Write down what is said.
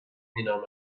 مینامد